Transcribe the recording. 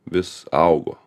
vis augo